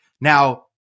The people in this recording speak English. Now